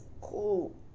cool